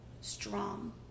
strong